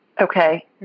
Okay